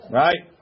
right